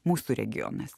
mūsų regionas